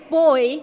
boy